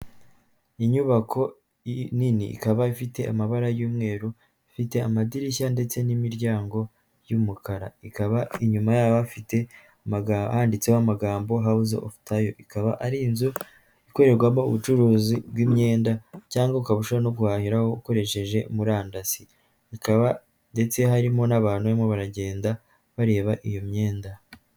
Iki ngiki akaba ari icyapa kerekana ko aga ngaha ari mu karere ka Bugesera, Akarere ka Bugesera gaherereye mu ntara y'iburasira zuba mu gihugu cy'urwanda, ni ahantu heza harambuye gusa haba ubushyuhe.